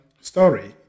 story